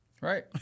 Right